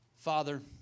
Father